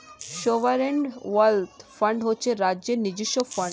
sovereign wealth fund হচ্ছে রাজ্যের নিজস্ব ফান্ড